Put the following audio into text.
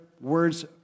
words